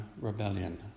Rebellion